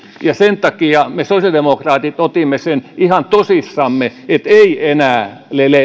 sen takia me sosiaalidemokraatit otimme sen ihan tosissamme että ei enää